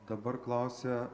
dabar klausia